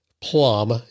Plum